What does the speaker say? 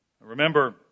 Remember